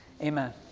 Amen